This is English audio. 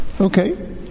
Okay